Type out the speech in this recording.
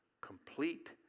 complete